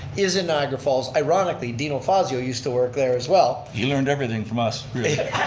is in niagara falls. ironically, dino fazio used to work there as well. he learned everything from us.